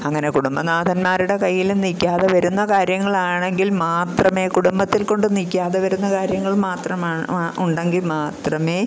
അങ്ങനെ കുടുംബനാഥന്മാരുടെ കയ്യിലും നിൽക്കാതെ വരുന്ന കാര്യങ്ങളാണെങ്കില് മാത്രമേ കുടുംബത്തില്ക്കൊണ്ടും നിൽക്കാതെ വരുന്ന കാര്യങ്ങള് മാത്രമാണ് ഉണ്ടെങ്കില് മാത്രമേ